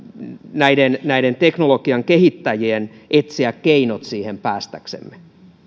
näiden näiden teknologian kehittäjien etsiä keinot siihen päästäksemme